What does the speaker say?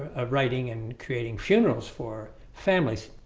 of writing and creating funerals for families.